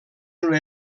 una